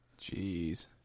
Jeez